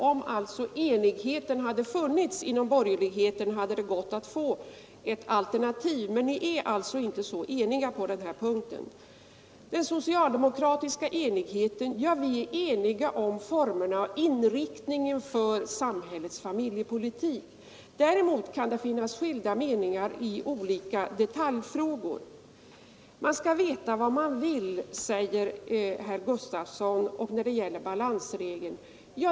Om enighet funnits inom borgerligheten hade det gått att få ett alternativ, men ni är alltså inte så eniga på den här punkten. Inom socialdemokratin är vi eniga om formerna för och inriktningen av samhällets familjepolitik. Däremot kan det finnas skilda meningar i olika detaljfrågor. Man skall veta vad man vill, säger herr Gustavsson, när det gäller balansregeln.